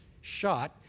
shot